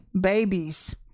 babies